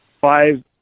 five